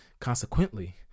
Consequently